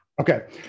Okay